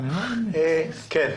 כן.